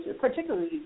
particularly